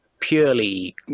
purely